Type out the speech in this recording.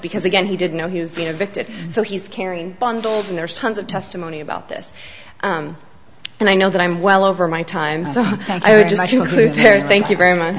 because again he didn't know he was being a victim so he's carrying bundles and there's tons of testimony about this and i know that i'm well over my time so i was just there thank you very much